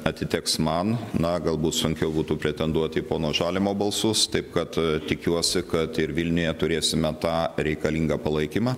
atiteks man na galbūt sunkiau būtų pretenduoti į pono žalimo balsus taip kad tikiuosi kad ir vilniuje turėsime tą reikalingą palaikymą